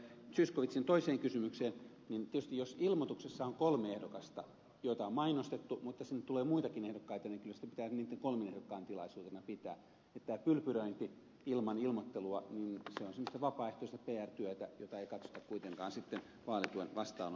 zyskowiczin toiseen kysymykseen niin tietysti jos ilmoituksessa mainitaan kolme ehdokasta joita on mainostettu niin vaikka sinne tulee muitakin ehdokkaita kyllä sitä pitää niitten kolmen ehdokkaan tilaisuutena pitää niin että tämä pylpyröinti ilman ilmoittelua on semmoista vapaaehtoista pr työtä jota ei katsota kuitenkaan vaalituen vastaanottamiseksi